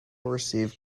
received